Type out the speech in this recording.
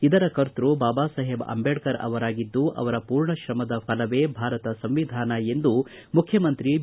ಇದರ ಕರ್ತ್ಯ ಬಾಬಾಸಾಹೇಬ್ ಅಂಬೇಡ್ಕರ ಅವರಾಗಿದ್ದು ಅವರ ಪೂರ್ಣ ಶ್ರಮದ ಫಲವೇ ಭಾರತ ಸಂವಿಧಾನ ಎಂದು ಮುಖ್ಯಮಂತ್ರಿ ಬಿ